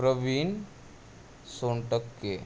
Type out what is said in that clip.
Pravin Sontakke